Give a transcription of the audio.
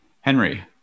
Henry